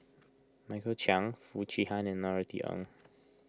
Michael Chiang Foo Chee Han and Norothy Ng